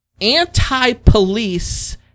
anti-police